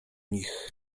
nich